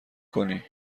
کنی